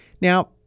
Now